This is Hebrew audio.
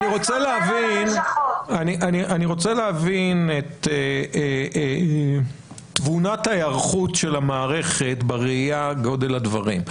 אני רוצה להבין את תבונת ההיערכות של המערכת בראיית גודל הדברים.